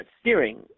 steering